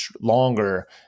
longer